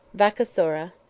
vacasora,